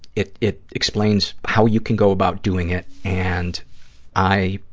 it it explains how you can go about doing it, and i,